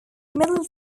middle